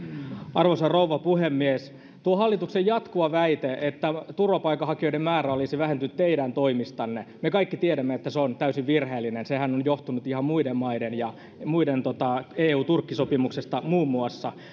arvoisa rouva puhemies tuo hallituksen jatkuva väite että turvapaikanhakijoiden määrä olisi vähentynyt teidän toimistanne me kaikki tiedämme että se on täysin virheellinen sehän on johtunut ihan muiden maiden toimista ja muun muassa eu turkki sopimuksesta